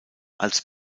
als